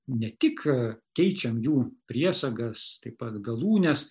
ne tik keičiam jų priesagas taip pat galūnes